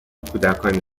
کودکانی